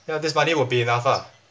ya there's money will be enough ah